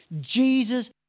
Jesus